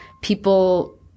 people